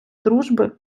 дружби